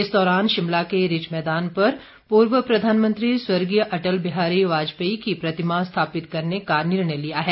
इस दौरान शिमला के रिज मैदान पर पूर्व प्रधानमंत्री स्वर्गीय अटल बिहारी वाजपेयी की प्रतिमा स्थापित करने का निर्णय लिया है